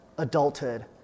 Adulthood